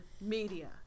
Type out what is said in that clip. media